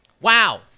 Wow